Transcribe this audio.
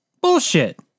Bullshit